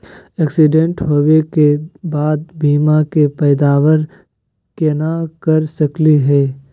Accident होवे के बाद बीमा के पैदावार केना कर सकली हे?